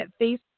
Facebook